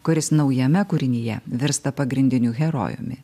kuris naujame kūrinyje virsta pagrindiniu herojumi